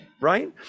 right